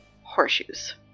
Horseshoes